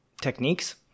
techniques